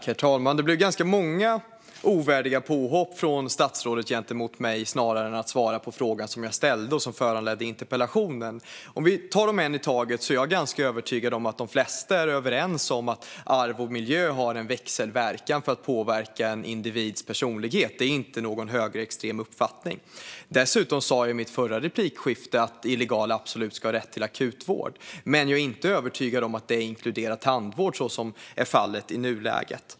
Herr talman! Statsrådet gjorde ganska många ovärdiga påhopp gentemot mig snarare svarade på den fråga jag ställde och som föranledde interpellationen. Vi tar en sak i taget. Jag är ganska övertygad om att de flesta är överens om att arv och miljö har en växelverkan för att påverka en individs personlighet; det är ingen högerextrem uppfattning. Dessutom sa jag i mitt förra inlägg att illegala absolut ska ha rätt till akut vård, men jag är inte övertygad om att det inkluderar tandvård, vilket är fallet i nuläget.